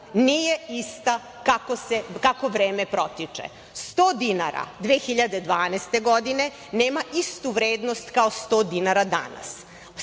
nije ista kako vreme protiče. Sto dinara 2012. godine nema istu vrednost kao 100 dinara danas.